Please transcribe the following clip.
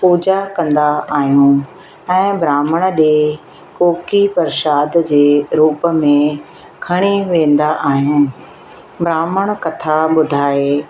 पूजा कंदा आहियूं ऐं ब्राह्मण ॾिए प्रशाद जे रूप में खणी वेंदा आहियूं ब्राह्मण कथा ॿुधाए